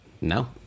no